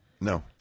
No